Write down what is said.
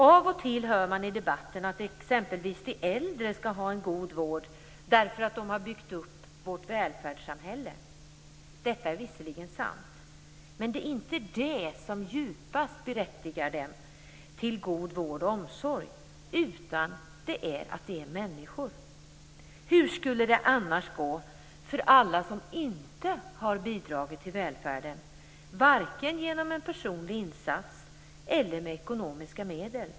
Av och till hör man i debatten att exempelvis de äldre skall ha en god vård därför att de har byggt upp vårt välfärdssamhälle. Detta är visserligen sant, men det är inte det som djupast berättigar dem till god vård och omsorg, utan det är att de är människor. Hur skulle det annars gå för alla som inte har bidragit till välfärden vare sig genom en personlig insats eller med ekonomiska medel?